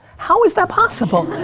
how is that possible?